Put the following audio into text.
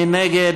מי נגד?